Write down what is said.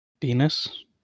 Venus